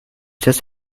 just